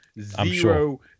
zero